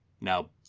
now